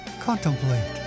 Contemplate